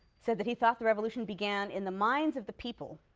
said that he thought the revolution began in the minds of the people,